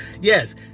yes